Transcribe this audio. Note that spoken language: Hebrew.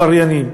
עבריינים.